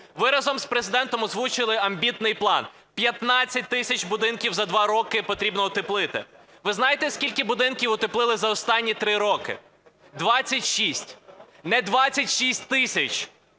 Ви разом з Президентом озвучили амбітний план: 15 тисяч будинків за два роки потрібно утеплити. Ви знаєте, скільки будинків утеплили за останні три роки? 26. Не 26 тисяч,